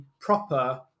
proper